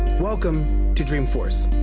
welcome to dreamforce.